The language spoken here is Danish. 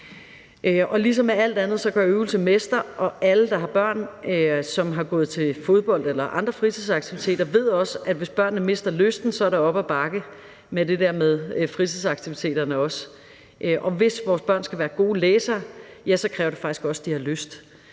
Ligesom med alt andet gør øvelse mester, og alle, der har børn, som har gået til fodbold eller andre fritidsaktiviteter, ved også, at hvis børnene mister lysten, er det op ad bakke med fritidsaktiviteterne, og hvis vores børn skal være gode læsere, ja, så kræver det faktisk også, at de har lyst